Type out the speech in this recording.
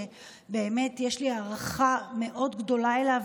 שבאמת יש לי הערכה מאוד גדולה אליה,